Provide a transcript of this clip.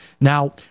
Now